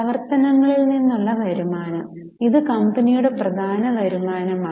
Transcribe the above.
പ്രവർത്തനങ്ങളിൽ നിന്നുള്ള വരുമാനം ഇത് കമ്പനിയുടെ പ്രധാന വരുമാനമാണ്